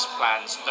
plans